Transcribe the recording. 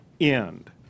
end